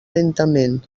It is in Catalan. lentament